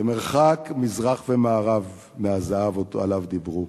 כמרחק מזרח ממערב מהזהב שעליו דיברו.